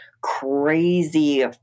crazy